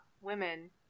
women